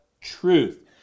truth